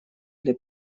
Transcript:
для